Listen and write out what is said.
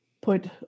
put